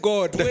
God